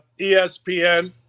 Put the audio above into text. ESPN